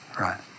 Right